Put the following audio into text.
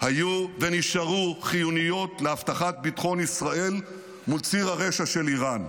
היו ונשארו חיוניות להבטחת ביטחון ישראל מול ציר הרשע של איראן.